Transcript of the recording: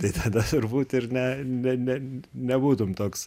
tai tada turbūt ir ne ne ne nebūtum toks